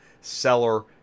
seller